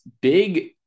big